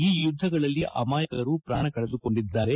ಈ ಯುದ್ದಗಳಲ್ಲಿ ಅಮಾಯಕರು ಪ್ರಾಣ ಕಳೆದುಕೊಂಡಿದ್ದಾರೆ